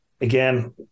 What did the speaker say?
again